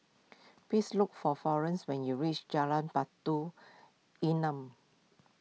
please look for Florence when you reach Jalan Batu Nilam